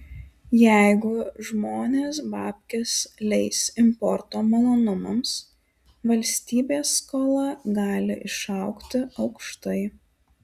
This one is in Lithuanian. jeigu žmonės babkes leis importo malonumams valstybės skola gali išaugti aukštai